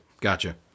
gotcha